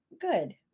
good